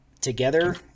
together